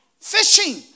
fishing